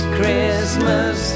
Christmas